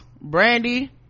Brandy